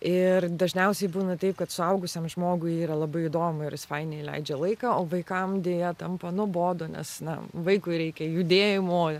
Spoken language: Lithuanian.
ir dažniausiai būna taip kad suaugusiam žmogui yra labai įdomu ir jis fainai leidžia laiką o vaikam deja tampa nuobodu nes na vaikui reikia judėjimo